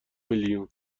میلیون